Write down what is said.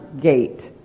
gate